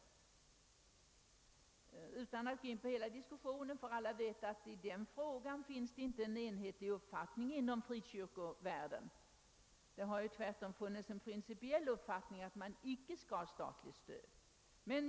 Men man går inte in på den stora diskussionen, och alla vet ju att det i den frågan inte finns någon enhetlig uppfattning inom frikyrkovärlden; det har tvärtom funnits en principiell uppfattning mot statligt stöd.